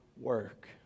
work